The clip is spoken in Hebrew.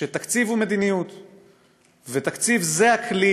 שתקציב הוא מדיניות ותקציב זה הכלי,